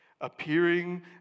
appearing